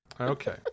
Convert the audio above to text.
Okay